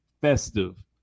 festive